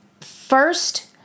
first